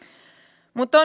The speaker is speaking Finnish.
mutta